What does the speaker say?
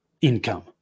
income